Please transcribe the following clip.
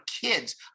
kids